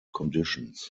conditions